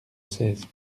seize